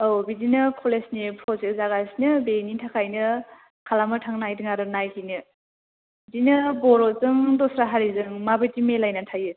औ बिदिनो कलेजनि प्रजेक्ट जागासिनो बेनि थाखायनो खालामनो थांनो नागिरदों आरो नायहैनो बिदिनो बर'जों दस्रा हारिजों माबायदि मिलायनानै थायो